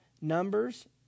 Numbers